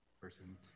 person